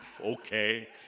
Okay